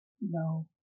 No